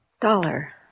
Dollar